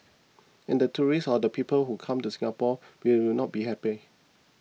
and the tourists or the people who come to Singapore will will not be happy